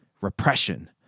repression